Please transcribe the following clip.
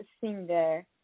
singer